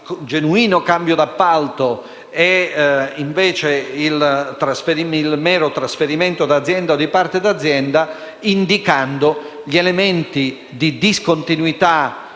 il genuino cambio di appalto e - invece - il mero trasferimento d'azienda o di parte di essa, indicando gli elementi di discontinuità,